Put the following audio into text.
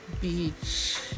beach